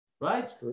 right